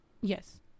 yes